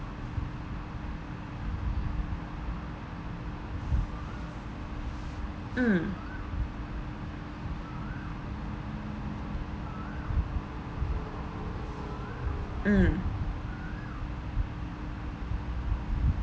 mm mm